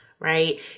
Right